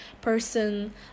person